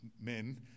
men